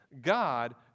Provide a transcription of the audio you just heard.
God